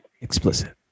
explicit